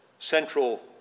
Central